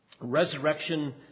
resurrection